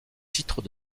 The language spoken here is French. titres